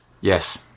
Yes